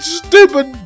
stupid